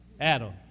Adam